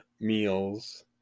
meals